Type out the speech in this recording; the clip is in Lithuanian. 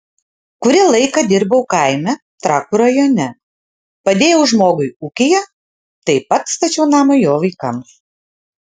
kurį laiką dirbau kaime trakų rajone padėjau žmogui ūkyje taip pat stačiau namą jo vaikams